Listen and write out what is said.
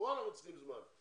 כאן אנחנו צריכים זמן.